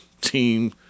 team